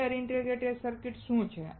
linear integrated circuits શું છે